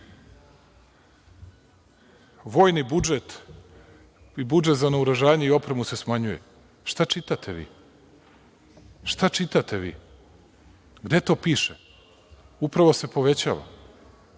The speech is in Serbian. vojni budžet i budžet za naoružanje i opremu se smanjuje. Šta čitate vi? Šta čitate vi? Gde to piše? Upravo se povećava.